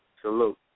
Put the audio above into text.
Salute